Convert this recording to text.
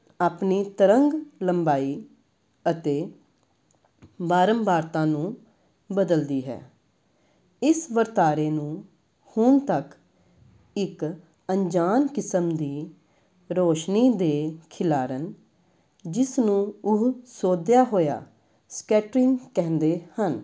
ਆਪਣੀ ਤਰੰਗ ਲੰਬਾਈ ਅਤੇ ਬਾਰੰਬਾਰਤਾ ਨੂੰ ਬਦਲਦੀ ਹੈ ਇਸ ਵਰਤਾਰੇ ਨੂੰ ਹੁਣ ਤੱਕ ਇੱਕ ਅਣਜਾਣ ਕਿਸਮ ਦੀ ਰੋਸ਼ਨੀ ਦੇ ਖਿਲਾਰਨ ਜਿਸ ਨੂੰ ਉਹ ਸੋਧਿਆ ਹੋਇਆ ਸਕੈਟਰਿੰਗ ਕਹਿੰਦੇ ਹਨ